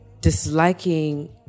disliking